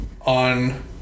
on